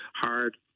Hard